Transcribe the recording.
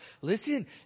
Listen